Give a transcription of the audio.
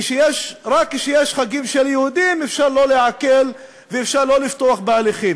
רק כשיש חגים של יהודים אפשר לא לעקל ואפשר לא לפתוח בהליכים,